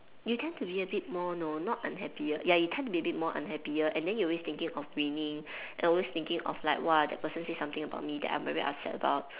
you tend to be a bit more no not unhappier ya you tend to be a bit more unhappier and then you always thinking of winning and always thinking of like !wah! that person say something about me that I'm very upset about